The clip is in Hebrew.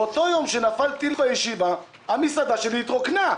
באותו יום המסעדה שלי התרוקנה.